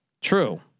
True